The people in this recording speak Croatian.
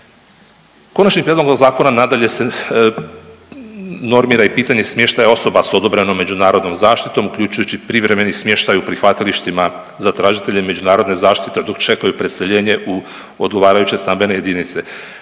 Konačnim prijedlogom zakona nadalje se normira i pitanje smještaja osoba sa odobrenom međunarodnom zaštitom uključujući privremeni smještaj u prihvatilištima za tražitelje međunarodne zaštite dok čekaju preseljenje u odgovarajuće stambene jedinice.